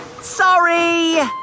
Sorry